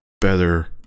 better